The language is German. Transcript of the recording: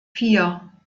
vier